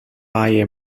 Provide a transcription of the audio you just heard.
via